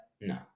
No